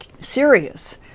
serious